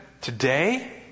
today